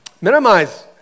Minimize